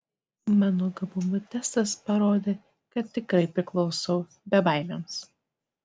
mano gabumų testas parodė kad tikrai priklausau bebaimiams